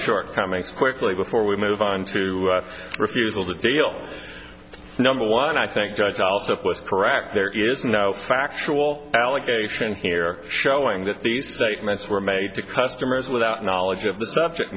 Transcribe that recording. short comics quickly before we move on to a refusal to deal number one i think judge also was correct there is no factual allegation here showing that these statements were made to customers without knowledge of the subject